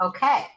Okay